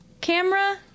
camera